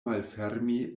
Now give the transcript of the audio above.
malfermi